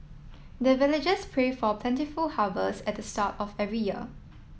the villagers pray for plentiful harvest at the start of every year